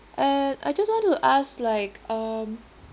uh I just want to ask like um